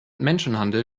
menschenhandel